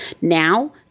Now